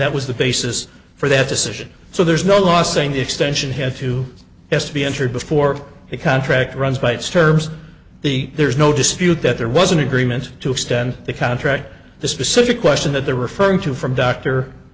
that was the basis for that decision so there's no law saying the extension had to as to be entered before the contract runs by its terms the there's no dispute that there was an agreement to extend the contract the specific question that they're referring to from d